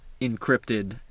encrypted